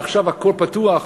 עכשיו הכול פתוח,